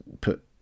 put